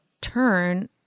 turn